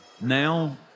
Now